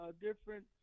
different